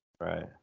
Right